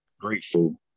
grateful